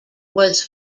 was